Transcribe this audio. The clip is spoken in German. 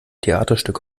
theaterstück